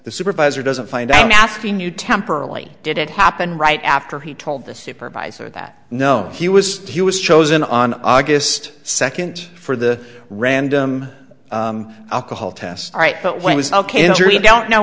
the supervisor doesn't find i'm asking you temporarily did it happen right after he told the supervisor that no he was he was chosen on august second for the random alcohol test all right but when is ok if you don't know